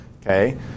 okay